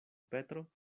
petro